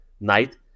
night